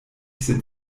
sind